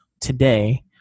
today